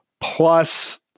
plus